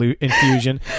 infusion